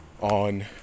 on